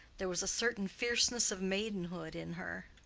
there was a certain fierceness of maidenhood in her.